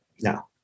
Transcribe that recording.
no